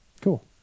Cool